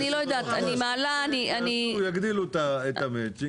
ברווחה יגדילו את המצ'ינג,